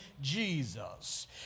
Jesus